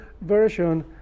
version